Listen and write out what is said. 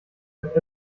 mit